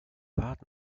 fahrt